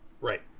Right